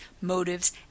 motives